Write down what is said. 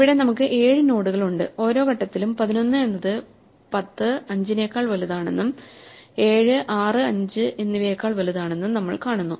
ഇവിടെ നമുക്ക് 7 നോഡുകളുണ്ട് ഓരോ ഘട്ടത്തിലും 11 എന്നത് 105 നേക്കാൾ വലുതാണെന്നും 7 65 എന്നിവയേക്കാൾ വലുതാണെന്നും നമ്മൾ കാണുന്നു